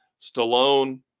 Stallone